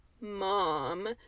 mom